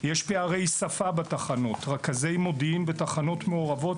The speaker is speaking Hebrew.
יש פערי שפה בתחנות: רכזי מודיעין בתחנות המעורבות